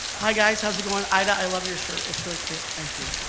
hi guys how's it goin'? ida i love your shirt, it's really cute. thank you.